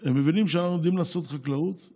הם מבינים שאנחנו יודעים לעשות חקלאות,